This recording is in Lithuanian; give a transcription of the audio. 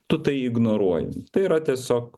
tu tai ignoruoji tai yra tiesiog